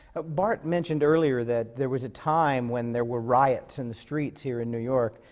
ah bart mentioned earlier that there was a time when there were riots in the streets, here in new york,